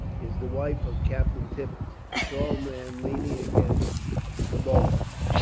is the wife of captain tibbets, the tall man leaning against the bulwarks.